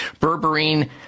berberine